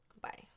bye